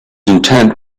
intent